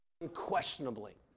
unquestionably